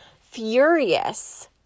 furious